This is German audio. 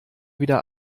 wieder